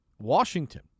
Washington